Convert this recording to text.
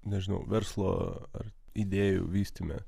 nežinau verslo ar idėjų vystyme